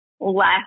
less